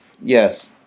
Yes